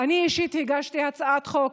אני אישית הגשתי הצעת חוק,